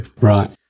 Right